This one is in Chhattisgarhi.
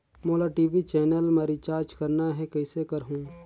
मोला टी.वी चैनल मा रिचार्ज करना हे, कइसे करहुँ?